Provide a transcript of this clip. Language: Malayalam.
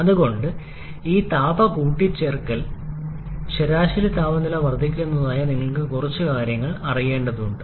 അതുകൊണ്ട് ഈ താപ കൂട്ടിച്ചേർക്കൽ ഇൻറെ ശരാശരി താപനില വർദ്ധിപ്പിക്കുന്നതിനായി നമ്മൾക്ക് കുറച്ചു കാര്യങ്ങൾ ചെയ്യേണ്ടതുണ്ട്